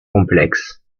complexes